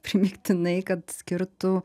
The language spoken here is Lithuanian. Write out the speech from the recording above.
primygtinai kad skirtų